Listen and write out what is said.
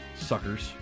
Suckers